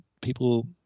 people –